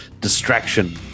distraction